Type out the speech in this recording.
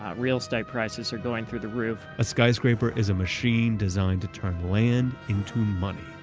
real estate prices are going through the roof. a skyscraper is a machine designed to turn land into money,